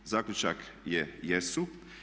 Zaključak je jesu.